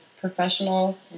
professional